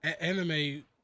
anime